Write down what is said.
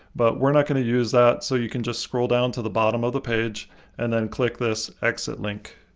but we're not going to use that, so you can just scroll down to the bottom of the page and then click this exit link.